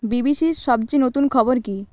বিবিসির সবচেয়ে নতুন খবর কী